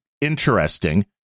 interesting